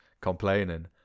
complaining